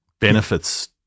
benefits